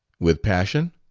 with passion?